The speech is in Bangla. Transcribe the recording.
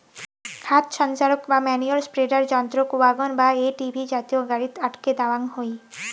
খাদ সঞ্চারক বা ম্যনিওর স্প্রেডার যন্ত্রক ওয়াগন বা এ.টি.ভি জাতীয় গাড়িত আটকে দ্যাওয়াং হই